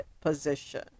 position